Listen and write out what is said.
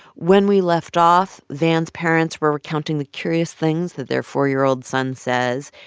when we left off, van's parents were recounting the curious things that their four year old son says.